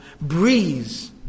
breeze